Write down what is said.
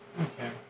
Okay